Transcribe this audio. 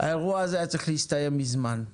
האירוע הזה היה צריך להסתיים מזמן.